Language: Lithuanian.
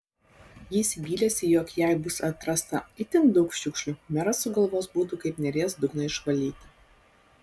jis vylėsi jog jei bus atrasta itin daug šiukšlių meras sugalvos būdų kaip neries dugną išvalyti